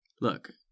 look